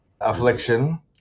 affliction